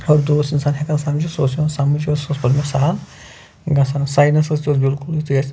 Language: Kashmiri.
اُرود اوس اِنسان ہٮ۪کان سمجِتھ سُہ اوس یِوان سمٕجھ سُہ اوس ہُتھٕ پٲٹھۍ مےٚ سہل گَژھان ساینسَس تہِ اوس بلکُل یُتھٕے اَسہِ